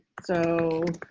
so,